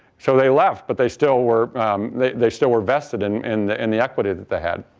so they left, but they still were they they still were vested in in the and the equity that they had.